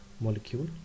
molecule